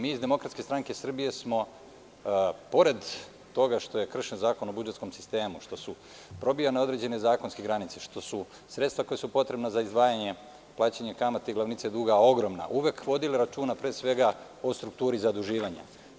Mi iz DSS smo pored toga što je kršen Zakon o budžetskom sistemu, što su probijane određene zakonske granice, što su sredstva koja su potrebna za izdvajanje i plaćanje kamata i glavnice duga ogromna, uvek vodili računa, pre svega o strukturi zaduživanja.